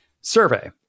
survey